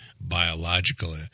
biological